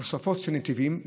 תוספות של נתיבים,